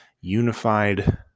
unified